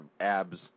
abs